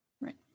right